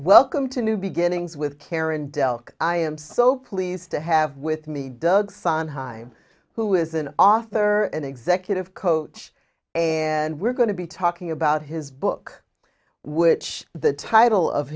welcome to new beginnings with karen dell i am so pleased to have with me doug sondheim who is an author and executive coach and we're going to be talking about his book which the title of